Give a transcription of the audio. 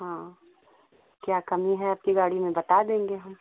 हाँ क्या कमी है आपकी गाड़ी में बता देंगे हम